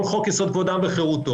כל חוק יסוד: כבוד האדם וחירותו,